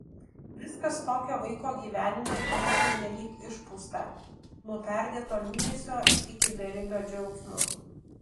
viskas tokio vaiko gyvenime yra pernelyg išpūsta nuo perdėto liūdesio iki beribio džiaugsmo